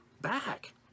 back